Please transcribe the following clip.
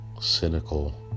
cynical